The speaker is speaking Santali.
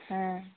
ᱦᱮᱸ